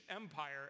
empire